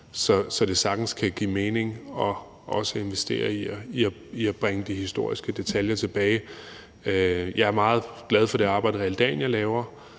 at det sagtens kan give mening også at investere i at bringe de historiske detaljer tilbage. Jeg er meget glad for det arbejde, Realdania